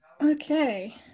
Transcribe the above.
Okay